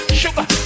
sugar